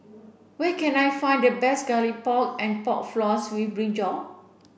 where can I find the best garlic pork and pork floss with Brinjal